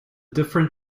different